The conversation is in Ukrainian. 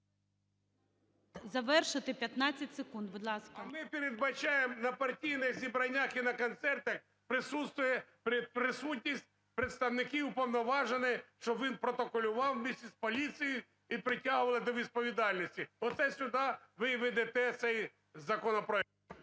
Завершити 15 секунд, будь ласка. НІМЧЕНКО В.І. А ми передбачаємо на партійних зібраннях і на концертах присутність представників уповноваженого, щоб він протоколюваввместе с поліцією і притягували до відповідальності. Оце сюди ви ведете цей законопроект.